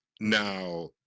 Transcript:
Now